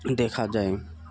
দেখা যায়